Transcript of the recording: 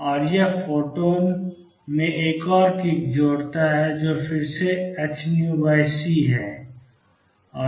और यह फोटॉन में एक और किक जोड़ता है जो फिर सेhνc है